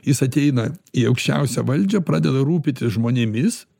jis ateina į aukščiausią valdžią pradeda rūpitis žmonėmis